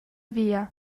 via